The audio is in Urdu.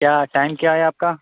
کیا ٹائم کیا ہے آپ کا